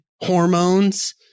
hormones